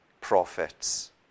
prophets